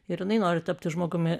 ir jinai nori tapti žmogumi